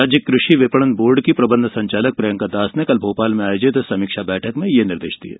राज्य कृषि विपणन बोर्ड की प्रबंध संचालक प्रियंका दास ने कल भोपाल में आयोजित समीक्षा बैठक में यह निर्देश दिये